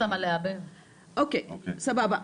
אוקיי, סבבה.